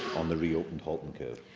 on the reopened halton curve.